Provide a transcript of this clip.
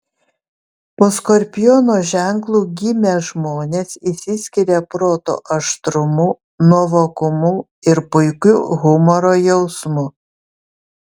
po skorpiono ženklu gimę žmonės išsiskiria proto aštrumu nuovokumu ir puikiu humoro jausmu